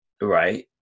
right